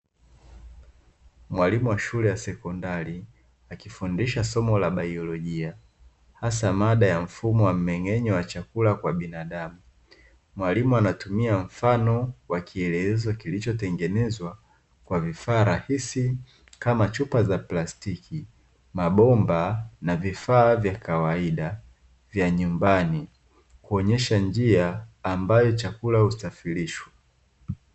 Mwalimu wa shule ya sekondari akifundisha somo la baiolojia hasa mada ya mfumo wa mmeng'enyo wa chakula kwa binadamu, mwalimu anatumia mfano wa kielelezo kilichotengenezwa kwa vifaa rahisi kama chupa za plastiki, mabomba na vifaa vya kwaida vya nyumbani kuonyesha njia ambayo chakula husafirishwa.